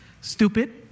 Stupid